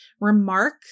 remark